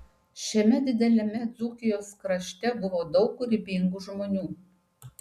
šiame dideliame dzūkijos krašte buvo daug kūrybingų žmonių